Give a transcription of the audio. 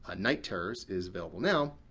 ah night terrors, is available now.